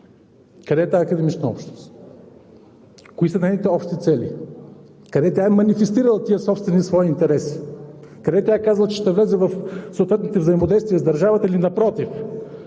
Къде е тази академична общност? Кои са нейните общи цели? Къде тя е манифестирала тези собствени свои интереси? Къде тя е казала, че ще влезе в съответните взаимодействия с държавата, или напротив